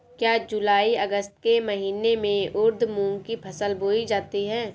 क्या जूलाई अगस्त के महीने में उर्द मूंग की फसल बोई जाती है?